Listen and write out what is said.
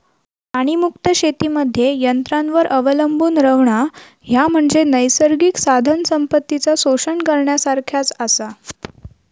प्राणीमुक्त शेतीमध्ये यंत्रांवर अवलंबून रव्हणा, ह्या म्हणजे नैसर्गिक साधनसंपत्तीचा शोषण करण्यासारखाच आसा